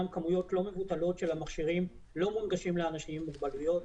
שבהם כמויות לא מבוטלות של המכשירים לא מונגשים לאנשים עם מוגבלויות.